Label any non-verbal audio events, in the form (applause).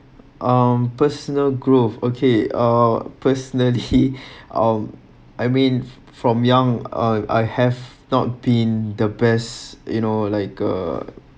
um personal growth okay uh personally (laughs) um I mean from young I I have not been the best you know like a